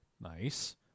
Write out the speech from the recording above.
Nice